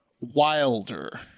Wilder